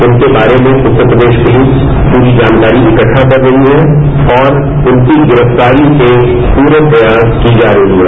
उनके बारे में उत्तर प्रदेश पुलिस पूरी जानकारी इक्टा कर रही है और उनकी गिरफ्तारी के पूरे प्रयास की जा रही है